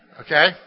okay